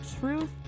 Truth